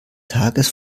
tages